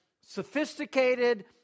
sophisticated